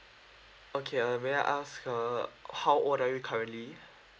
okay uh may I ask uh how old are you currently